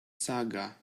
saga